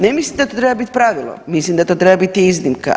Ne mislim da to treba biti pravilo, mislim da to treba biti iznimka.